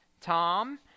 Tom